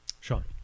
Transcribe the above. Sean